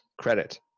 credit